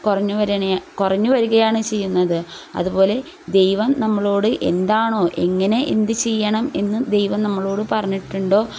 കുറഞ്ഞു വരികയാണ് ചെയ്യുക കുറഞ്ഞുവരികയാണ് ചെയ്യുന്നത് അതുപോലെ ദൈവം നമ്മളോട് എന്താണോ എങ്ങനെ എന്ത് ചെയ്യണം എന്ന് ദൈവം നമ്മളോട് പറഞ്ഞിട്ടുണ്ടോ